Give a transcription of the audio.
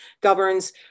governs